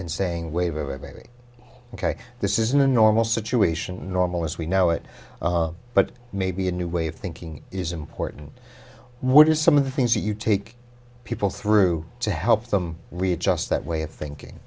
and saying wave of everything this isn't a normal situation normal as we know it but maybe a new way of thinking is important what are some of the things you take people through to help them readjust that way of thinking